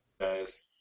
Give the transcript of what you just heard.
guys